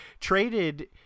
traded